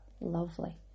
lovely